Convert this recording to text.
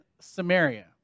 Samaria